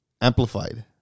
amplified